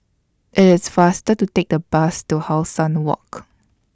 IT IS faster to Take The Bus to How Sun Walk